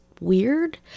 weird